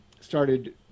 started